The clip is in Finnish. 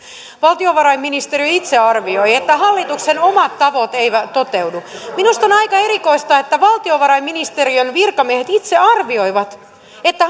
valtiovarainministeriö itse arvioi että hallituksen omat tavoitteet eivät toteudu minusta on aika erikoista että valtiovarainministeriön virkamiehet itse arvioivat että